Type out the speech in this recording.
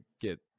get